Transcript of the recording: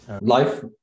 life